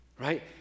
Right